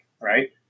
right